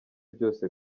byose